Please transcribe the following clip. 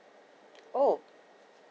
oh